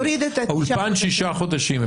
תוריד את ה --- אולפן שישה חודשים,